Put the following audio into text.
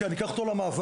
אני אקח אותו למעבר,